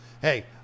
hey